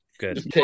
good